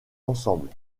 ensemble